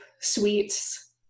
sweets